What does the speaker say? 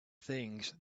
things